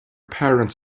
parents